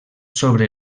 sobre